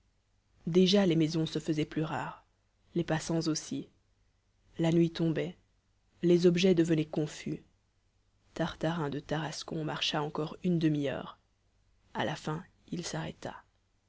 déjà les maisons se faisaient plus rares les passants aussi la nuit tombait les objets devenaient confus tartarin de tarascon marcha encore une demi-heure a la fin il s'arrêta